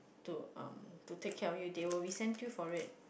to um to take care of you they will resent you for it